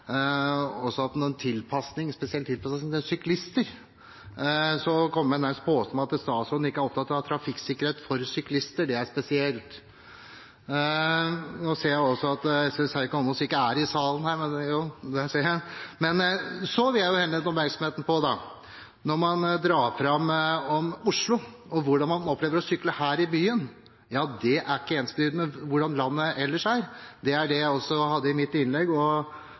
også skriver i brevet om en «spesiell tilpasning for syklister». Å komme med nærmest en påstand om at statsråden ikke er opptatt av trafikksikkerhet for syklister, er spesielt. Så vil jeg henlede oppmerksomheten på at når man drar fram Oslo og hvordan man opplever å sykle her i byen, er ikke det ensbetydende med hvordan det er ellers i landet. Det var det jeg også nevnte i mitt innlegg, og